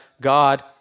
God